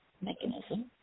mechanism